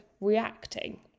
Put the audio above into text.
reacting